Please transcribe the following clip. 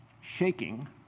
shaking